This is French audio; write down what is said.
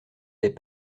des